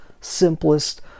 simplest